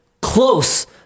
close